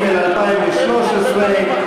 התשע"ג 2013,